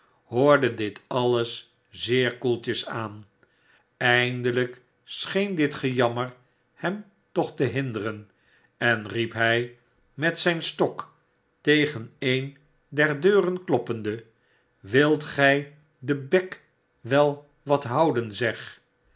hoorde dit alles zeer koeltjes aan eindelijk scheen dit gejammer hem toch te hinderen en riep hij met zijn stok tegen een der deuren kloppende wilt gij den bek wel wat houden zeg